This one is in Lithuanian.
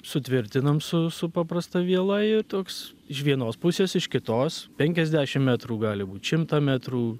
sutvirtinam su su paprasta viela ir toks iš vienos pusės iš kitos penkiasdešimt metrų gali būt šimtą metrų